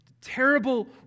terrible